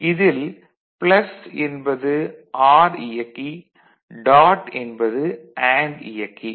இதில் ப்ளஸ் என்பது ஆர் இயக்கி டாட் என்பது அண்டு இயக்கி